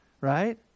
right